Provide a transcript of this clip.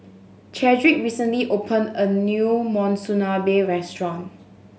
Chadrick recently opened a new Monsunabe Restaurant